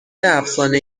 افسانه